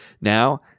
Now